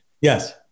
Yes